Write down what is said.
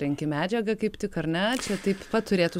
renki medžiagą kaip tik ar ne čia taip pat turėtų